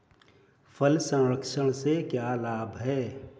फल संरक्षण से क्या लाभ है?